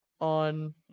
on